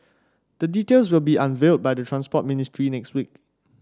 the details will be unveiled by the Transport Ministry next week